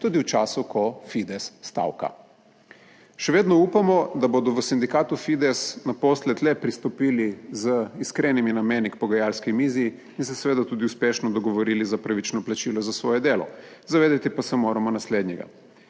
tudi v času, ko Fides stavka. Še vedno upamo, da bodo v sindikatu Fides naposled le pristopili z iskrenimi nameni k pogajalski mizi in se seveda tudi uspešno dogovorili za pravično plačilo za svoje delo. Zavedati pa se moramo naslednjega,